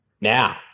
Now